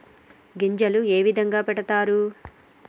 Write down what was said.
గింజలు ఏ విధంగా పెడతారు?